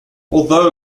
although